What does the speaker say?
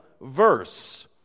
verse